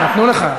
זמנו תם.